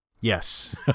Yes